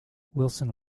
wilson